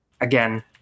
again